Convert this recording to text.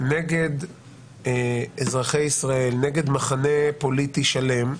נגד אזרחי ישראל, נגד מחנה פוליטי שלם,